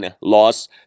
loss